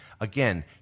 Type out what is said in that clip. Again